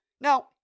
Now